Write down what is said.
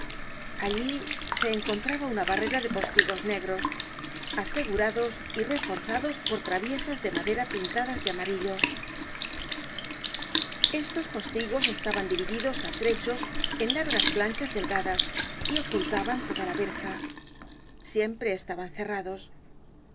allí se encontraba una barrera de postigos negros asegurados y reforzados por traviesas de madera pintadas de amarillo estos postigos estaban divididos á trechos en largas planchas delgadas y ocultaban toda la verja siempre estaban cerrados